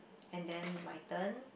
and then my turn